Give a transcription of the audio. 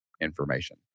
information